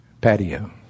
patio